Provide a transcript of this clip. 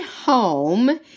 home